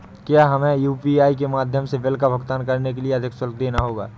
क्या हमें यू.पी.आई के माध्यम से बिल का भुगतान करने के लिए अधिक शुल्क देना होगा?